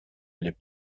les